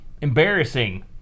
embarrassing